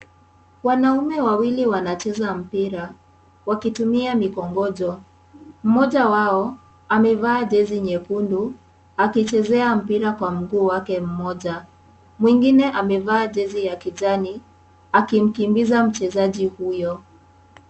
"Wanaume wawili wanacheza mpira wakitumia mikongojo. Mmoja wao amevaa jezi nyekundu na anauchezea mpira kwa mguu wake mmoja. Mwingine amevaa jezi ya kijani akimkimbiza mchezaji huyo."